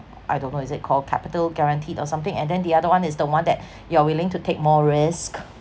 I don't know is it called capital guaranteed or something and then the other one is the one that you're willing to take more risk